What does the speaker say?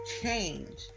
change